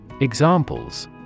Examples